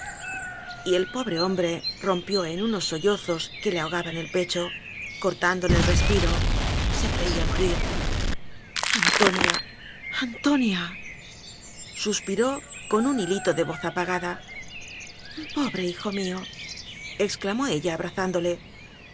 mí y el pobre hombre rompió en unos sollo zos que le ahogaban el pecho cortándole el respiro se creía morir antonia antonia suspiró con un hilito de voz apagada pobre hijo mío exclamó ella